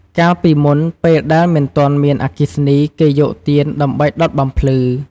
កាលពីមុន ពេលដែលមិនទាន់មានអគ្គិសនី គេយកទៀនដើម្បីដុតបំភ្លឺ។